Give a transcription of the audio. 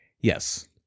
Yes